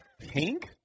Pink